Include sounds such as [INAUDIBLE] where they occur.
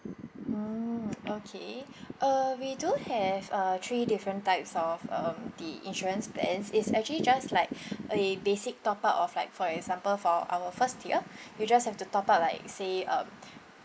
mm okay [BREATH] uh we do have uh three different types of um the insurance plans it's actually just like [BREATH] a basic top up of like for example for our first tier [BREATH] you just have to top up like say um [BREATH]